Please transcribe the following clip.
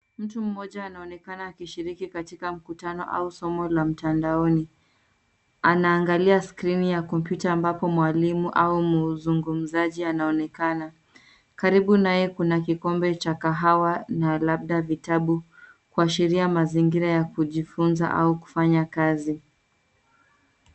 Mtu mmoja anaonekana akishiriki katika mkutano au somo la mtandaoni. Anaangalia skrini ya kompyuta ambapo mwalimu au mzugumzaji anaonekana Karibu naye kuna kikombe cha kahawa na labda vitabu kuashiria mazingira ya kujifunza au kufanya kazi.